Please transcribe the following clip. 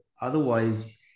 otherwise